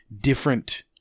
different